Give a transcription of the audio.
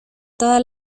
toda